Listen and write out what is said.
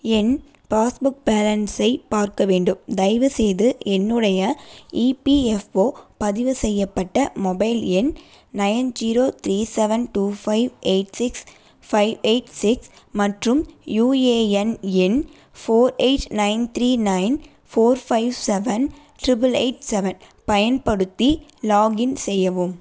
என் passbook பேலன்ஸை பார்க்க வேண்டும் தயவுசெய்து என்னுடைய இபிஎஃப்ஓ பதிவு செய்யப்பட்ட மொபைல் எண் nine zero three seven two five eight six five eight six மற்றும் யுஏஎன் எண் four eight nine three nine four five seven triple eight seven பயன்படுத்தி லாக்இன் செய்யவும்